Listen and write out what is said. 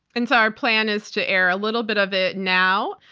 and so our plan is to air a little bit of it now,